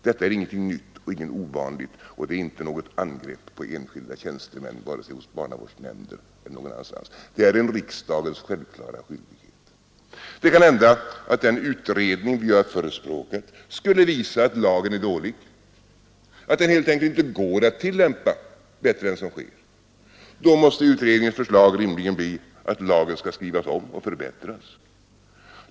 Detta är ingenting nytt och ingenting ovanligt, och det är inte något angrepp på enskilda tjänstemän vare sig hos barnavårdsnämnder eller någon annanstans att föreslå detta. Det är en riksdagens självklara skyldighet att utöva denna kontroll. Det kan hända att den utredning vi har förespråkat skulle visa att lagen är dålig, att den helt enkelt inte går att tillämpa bättre än som sker. Då måste utredningens förslag rimligen bli att lagen skall skrivas om och förbättras.